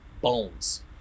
bones